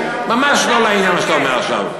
זה ממש לא לעניין מה שאתה אומר עכשיו.